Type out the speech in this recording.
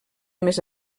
més